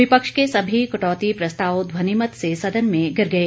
विपक्ष के सभी कटौती प्रस्ताव ध्वनिमत से सदन में गिर गए